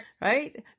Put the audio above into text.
right